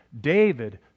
David